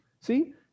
See